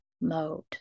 mode